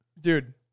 Dude